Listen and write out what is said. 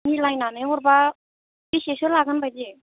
मिलायनानै हरोबा बेसेसो लागोन बायदि